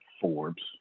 Forbes